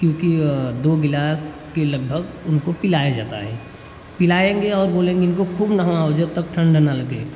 क्योंकि दो गिलास के लगभग उनको पिलाया जाता है पिलाएँगे और बोलेंगे इनको खूब नहलाओ जब तक ठण्ड न लगे